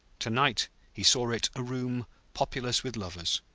to-night he saw it a room populous with lovers,